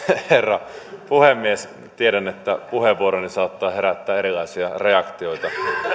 herra puhemies tiedän että puheenvuoroni saattaa herättää erilaisia reaktioita